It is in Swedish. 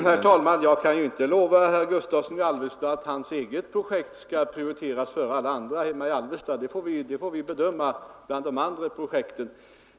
Herr talman! Jag kan ju inte lova herr Gustavsson i Alvesta att hans eget projekt där hemma skall prioriteras före alla andra. Det projektet får vi bedöma tillsammans med övriga projekt.